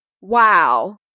Wow